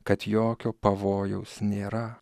kad jokio pavojaus nėra